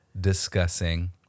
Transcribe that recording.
discussing